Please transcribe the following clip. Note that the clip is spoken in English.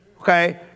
Okay